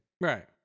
Right